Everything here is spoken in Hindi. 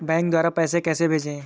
बैंक द्वारा पैसे कैसे भेजें?